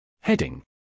Heading